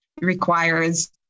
requires